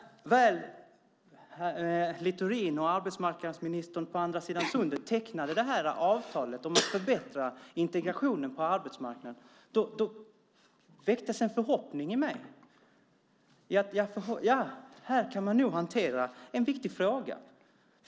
När Littorin och arbetsmarknadsministern på andra sidan Sundet tecknade avtalet om att förbättra integrationen på arbetsmarknaden väcktes en förhoppning i mig om att man nu kunde hantera en viktig fråga.